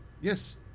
Yes